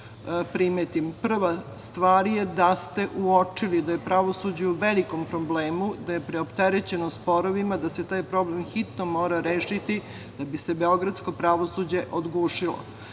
primetim. Prva stvar je da ste uočili da je pravosuđe u velikom problemu, da je preopterećeno sporovima, da se taj problem hitno mora rešiti da bi se beogradsko pravosuđe